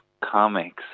comics